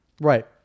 Right